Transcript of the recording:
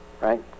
right